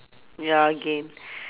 ya again